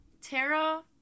Tara